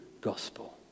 gospel